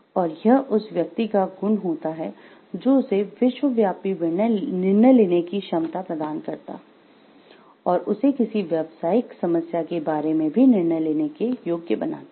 और यह उस व्यक्ति का गुण होता है जो उसे विश्वव्यापी निर्णय लेने कि क्षमता प्रदान करता और उसे किसी व्यावसायिक समस्या के बारे में भी निर्णय लेने के योग्य बनाता है